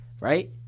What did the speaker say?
right